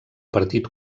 partit